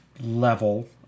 level